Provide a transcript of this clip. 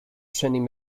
training